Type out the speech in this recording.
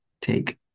take